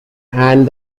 and